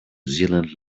zealand